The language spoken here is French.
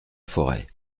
forêt